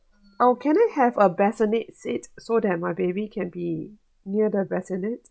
oh can I have a bassinet seat so that my baby can be near the bassinet